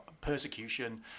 persecution